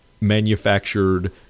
manufactured